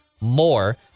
More